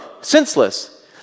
senseless